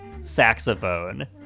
saxophone